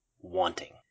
wanting